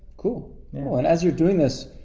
cool, and as you're doing this,